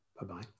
bye-bye